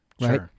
right